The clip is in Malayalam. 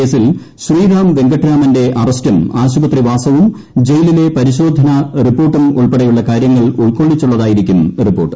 കേസിൽ ശ്രീറാം വെങ്കിട്ടരാമന്റെ അറസ്റ്റും ആശുപത്രിവാസവും ജയിലിലെ പരിശോധനാ റിപ്പോർട്ടും ഉൾപ്പെടെയുള്ള കാര്യങ്ങൾ ഉൾക്കൊള്ളിച്ചുള്ളതായിരിക്കും റിപ്പോർട്ട്